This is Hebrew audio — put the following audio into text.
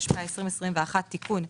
התשפ"א 2021 (תיקון),